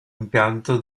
impianto